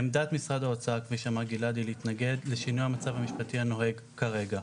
עמדת משרד האוצר היא להתנגד לשינוי המצב המשפטי הנוהג כרגע.